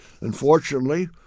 Unfortunately